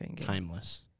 timeless